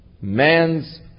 man's